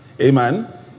Amen